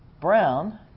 brown